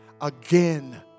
again